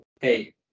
hey